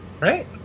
Right